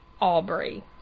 Aubrey